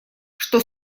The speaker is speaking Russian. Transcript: что